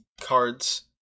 cards